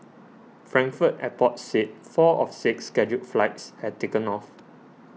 frankfurt airport said four of six scheduled flights had taken off